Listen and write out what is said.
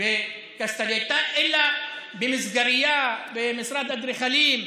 בקסטלטה אלא במסגרייה, במשרד אדריכלים,